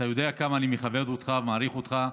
אתה יודע כמה אני מחבב אותך, מעריך אותך.